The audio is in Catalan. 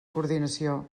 coordinació